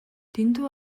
дэндүү